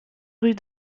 rue